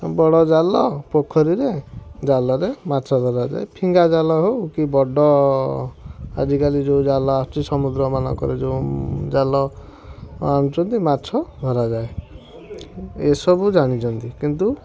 ବଡ଼ ଜାଲ ପୋଖରୀରେ ଜାଲରେ ମାଛ ଧରାଯାଏ ଫିଙ୍ଗା ଜାଲ ହଉ କି ବଡ଼ ଆଜିକାଲି ଯେଉଁ ଜାଲ ଆସୁଛି ସମୁଦ୍ରମାନଙ୍କରେ ଯେଉଁ ଜାଲ ଆଣୁଛନ୍ତି ମାଛ ଧରାଯାଏ ଏସବୁ ଜାଣିଛନ୍ତି କିନ୍ତୁ